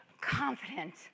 confident